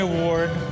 Award